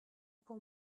pour